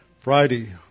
Friday